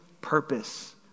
purpose